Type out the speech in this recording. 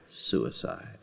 suicide